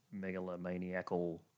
megalomaniacal